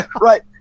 Right